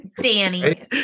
Danny